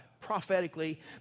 prophetically